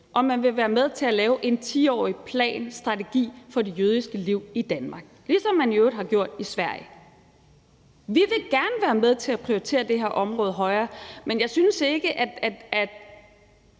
om man vil være med til at lave en 10-årig plan eller strategi for det jødiske liv i Danmark, ligesom man i øvrigt har gjort i Sverige. Vi vil gerne være med til at prioritere det her område højere, men jeg synes, det